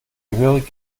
gehörig